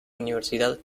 universidad